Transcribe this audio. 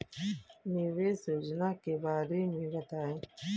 निवेश योजना के बारे में बताएँ?